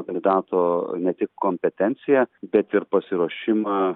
kandidato ne tik kompetenciją bet ir pasiruošimą